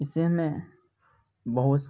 اس سے ہمیں بہت